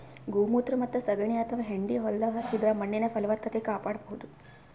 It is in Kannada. ಗೋಮೂತ್ರ ಮತ್ತ್ ಸಗಣಿ ಅಥವಾ ಹೆಂಡಿ ಹೊಲ್ದಾಗ ಹಾಕಿದ್ರ ಮಣ್ಣಿನ್ ಫಲವತ್ತತೆ ಕಾಪಾಡಬಹುದ್